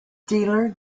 dealer